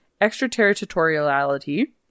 extraterritoriality